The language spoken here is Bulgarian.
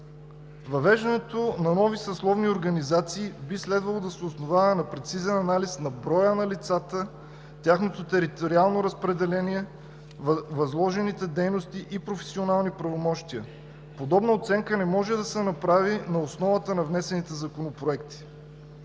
Въвеждането на нови съсловни организации би следвало да се основава на прецизен анализ на броя на лицата, тяхното териториално разпределение, възложените дейности и професионални правомощия. Подобна оценка не може да се направи на основата на внесените законопроекти.